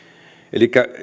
elikkä